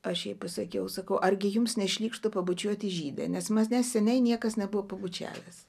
aš jai pasakiau sakau argi jums nešlykštu pabučiuoti žydę nes manęs neseniai niekas nebuvo pabučiavęs